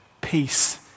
peace